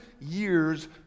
years